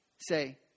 say